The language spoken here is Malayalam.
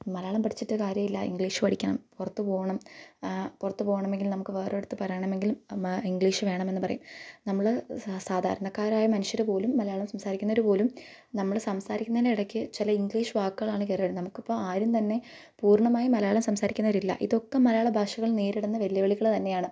മലയാളം പഠിച്ചിട്ട് കാര്യമില്ല ഇംഗ്ലീഷ് പഠിക്കണം പുറത്ത് പോകണം പുറത്ത് പോകണമെങ്കിൽ നമുക്ക് വേറെ ഒരിടത്ത് പറയണമെങ്കിൽ ഇംഗ്ലീഷ് വേണമെന്ന് പറയും നമ്മൾ സാധാരണക്കാരായ മനുഷ്യർ പോലും മലയാളം സംസാരിക്കുന്നവർ പോലും നമ്മൾ സംസാരിക്കുന്നതിന് ഇടയ്ക്ക് ചില ഇംഗ്ലീഷ് വാക്കുകളാണ് കയറി വരുന്നത് നമുക്ക് ഇപ്പോൾ ആരും തന്നെ പൂർണമായും മലയാളം സംസാരിക്കുന്നവരില്ല ഇതൊക്കെ മലയാള ഭാഷകൾ നേരിടുന്ന വെല്ലുവിളികൾ തന്നെയാണ്